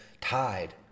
tide